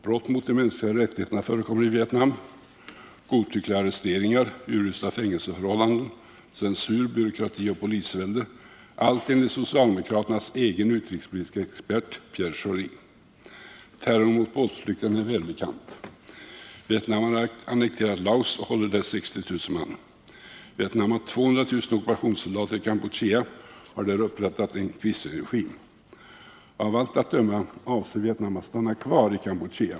Brott mot de mänskliga rättigheterna förekommer i Vietnam, Godtyckliga arresteringar, urusla fängelseförhållanden, censur, byråkrati och polisvälde — allt enligt socialdemokraternas egen utrikespolitiske expert Pierre Schori. Terrorn mot båtflyktingarna är välbekant. Vietnam har annekterat Laos och håller där 60 000 man. Vietnam har 200 000 ockupationssoldater i Kampuchea och har där upprättat en Quislingregim. Av allt att döma avser Vietnam att stanna kvar i Kampuchea.